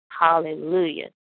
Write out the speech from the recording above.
Hallelujah